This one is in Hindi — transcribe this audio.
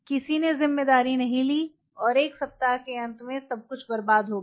किसी ने ज़िम्मेदारी नहीं ली और एक सप्ताह के अंत में सब कुछ बर्बाद हो गया